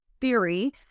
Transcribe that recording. theory